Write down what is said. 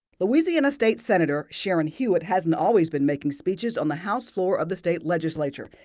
louisiana state senator sharon hewitt hasn't always been making speeches on the house floor of the state legislature.